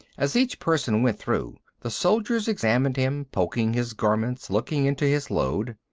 as each person went through the soldiers examined him, poking his garments, looking into his load.